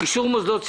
הישיבה נעולה.